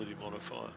modifier